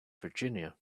virginia